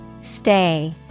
Stay